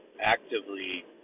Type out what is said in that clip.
actively